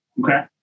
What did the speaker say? Okay